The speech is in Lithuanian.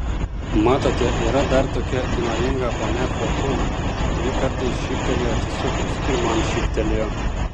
matote yra dar tokia įnoringa ponia fortūna ji kartais šypteli atsisukus ir man šyptelėjo